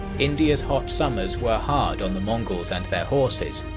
india's hot summers were hard on the mongols and their horses,